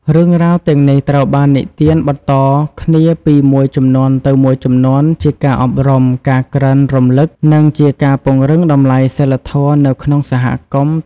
រឿងរ៉ាវទាំងនេះត្រូវបាននិទានបន្តគ្នាពីមួយជំនាន់ទៅមួយជំនាន់ ជាការអប់រំ ការក្រើនរំលឹក និងជាការពង្រឹងតម្លៃសីលធម៌នៅក្នុងសហគមន៍។